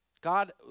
God